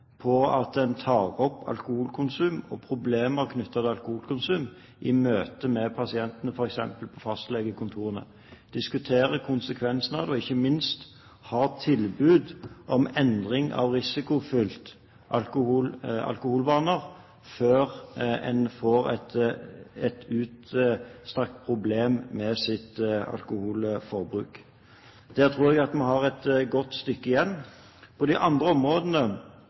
at en tar opp alkoholkonsum og problemer knyttet til alkoholkonsum i møte med pasienten, f.eks. på fastlegekontorene, at en diskuterer konsekvensene og ikke minst har et tilbud om endring av risikofylte alkoholvaner før en får et utstrakt problem med sitt alkoholforbruk. Der tror jeg vi har et godt stykke igjen. På de andre områdene